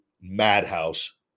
madhouse